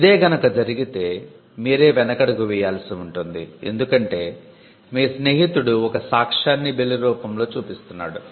ఇదే గనుక జరిగితే మీరే వెనకడుగు వెయ్యాల్సి ఉంటుంది ఎందుకంటే మీ స్నేహితుడు ఒక సాక్ష్యాన్ని బిల్ రూపంలో చూపిస్తున్నాడు